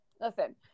listen